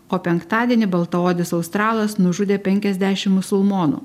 o penktadienį baltaodis australas nužudė penkiasdešim musulmonų